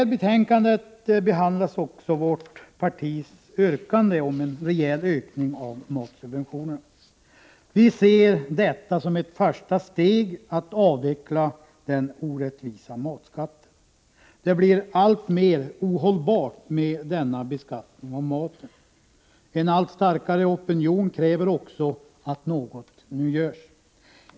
I betänkandet behandlas vårt partis yrkande om en rejäl ökning av matsubventionerna. Vi ser detta som ett första steg mot att avveckla den orättvisa matskatten. Det blir alltmer ohållbart med denna beskattning av maten. En allt starkare opinion kräver också att något nu görs.